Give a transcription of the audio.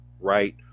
right